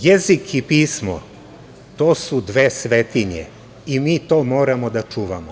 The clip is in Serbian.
Jezik i pismo to su dve svetinje i mi to moramo da čuvamo.